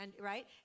Right